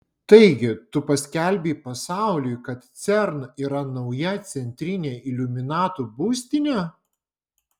taigi tu paskelbei pasauliui kad cern yra nauja centrinė iliuminatų būstinė